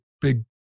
big